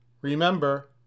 Remember